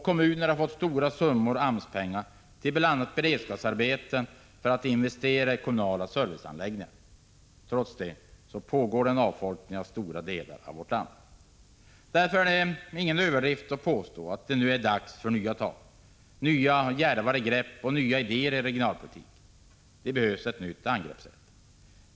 Kommuner har fått stora summor AMS-pengar till bl.a. beredskapsarbeten och investeringar i kommunala serviceanläggningar. Trots detta pågår en avfolkning av stora delar av vårt land. Därför är det ingen överdrift att påstå att det nu är dags för nya tag, djärvare grepp och nya idéer i regionalpolitiken. Det behövs ett nytt angreppssätt.